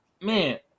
man